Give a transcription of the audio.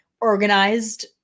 organized